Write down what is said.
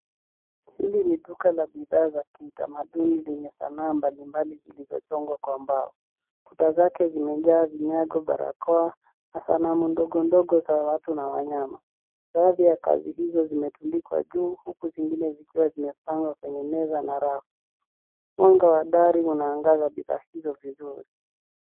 Hili ni duka la bidhaa za kitamaduni lenye sanaa mbalimbali zilizochongwa kwa mbao. Kuta zake zimejaa vinyago, barakoa na sanamu ndogondogo za watu na wanyama .Baadhi ya kazi hizo zimetundikwa juu huku zingine zikiwa zimepangwa kwenye meza na rafu. Mwanga wa dari unaangaza bidhaa hizo vizuri.